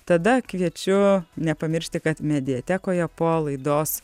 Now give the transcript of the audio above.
tada kviečiu nepamiršti kad mediatekoje po laidos